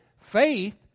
faith